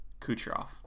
Kucherov